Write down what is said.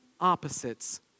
opposites